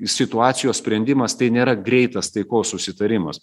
situacijos sprendimas tai nėra greitas taikos susitarimas